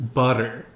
butter